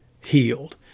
healed